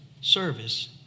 service